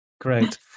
Great